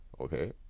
okay